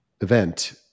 event